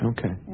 Okay